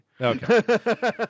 okay